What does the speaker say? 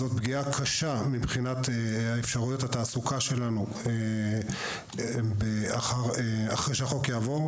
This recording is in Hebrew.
זאת פגיעה קשה מבחינת אפשרויות התעסוקה שלנו אחרי שהחוק יעבור.